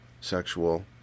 sexual